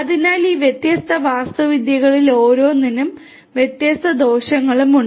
അതിനാൽ ഈ വ്യത്യസ്ത വാസ്തുവിദ്യകളിൽ ഓരോന്നിനും വ്യത്യസ്ത ഗുണങ്ങളും ദോഷങ്ങളുമുണ്ട്